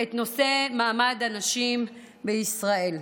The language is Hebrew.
את נושא מעמד הנשים בישראל.